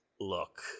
look